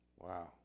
Wow